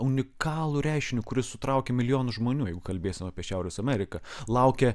unikalų reiškinį kuris sutraukia milijonus žmonių jeigu kalbėsim apie šiaurės ameriką laukia